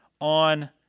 on